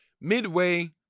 midway